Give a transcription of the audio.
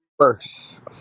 first